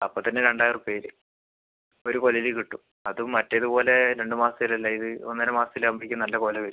അപ്പോൾ തന്നെ രണ്ടായിരം റുപ്യ ആയില്ലേ ഒരു കുലയിൽ കിട്ടും അതും മറ്റേത് പോലെ രണ്ട് മാസത്തിൽ അല്ല ഇത് ഒന്നര മാസത്തിൽ ആകുമ്പോഴേക്കും നല്ല കുല വരും